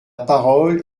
parole